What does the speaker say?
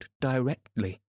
directly